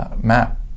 map